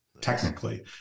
technically